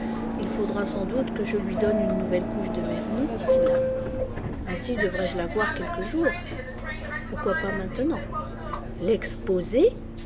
il faudra sans doute que je lui donne une nouvelle couche de vernis d'ici là ainsi devrai-je la voir quelque jour pourquoi pas maintenant l'exposer